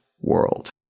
world